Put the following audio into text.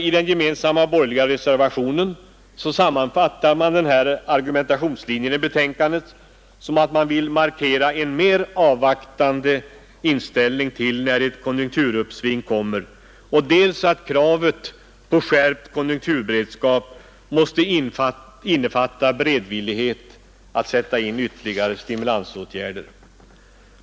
I den gemensamma borgerliga reservationen sammanfattar man argumentationslinjen i betänkandet så, att man vill inta en mera avvaktande hållning till när ett konjunkturuppsving kommer samt att kravet på skärpt konjunkturberedskap måste innefatta beredvillighet att sätta in ytterligare stimulansåtgärder.